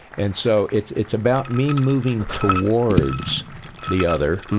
and so it's it's about me moving towards the other